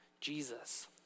Jesus